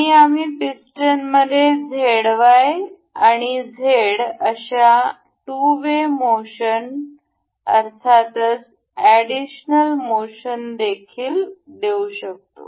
आणि आम्ही पिस्टनमध्ये ZY आणि Z अशा टू वे मोशन अर्थातच एडिशनल मोशन देखील देऊ शकतो